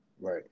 Right